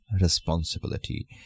responsibility